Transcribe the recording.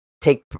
take